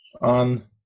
on